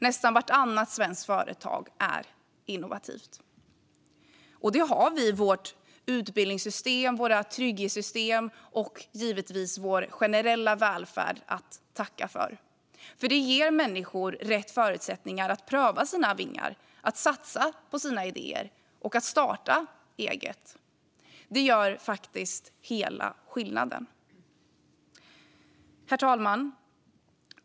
Nästan vartannat svenskt företag är innovativt. Det har vi vårt utbildningssystem, våra trygghetssystem och vår generella välfärd att tacka för. Det ger människor rätt förutsättningar att pröva sina vingar, satsa på sina idéer och starta eget. Det gör faktiskt hela skillnaden. Herr talman!